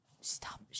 Stop